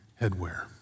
headwear